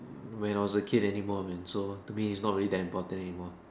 when I was a kid anymore man so to me it's not really that important anymore